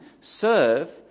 serve